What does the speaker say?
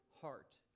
heart